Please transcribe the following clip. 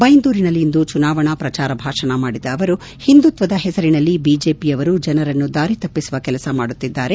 ಬೈಂದೂರಿನಲ್ಲಿಂದು ಚುನಾವಣಾ ಪ್ರಚಾರ ಭಾಷಣ ಮಾಡಿದ ಅವರು ಹಿಂದುತ್ವದ ಹೆಸರಿನಲ್ಲಿ ಬಿಜೆಪಿಯವರು ಜನರನ್ನು ದಾರಿ ತಪ್ಪಿಸುವ ಕೆಲಸವನ್ನು ಮಾಡುತ್ತಿದ್ದಾರೆ